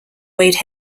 weighed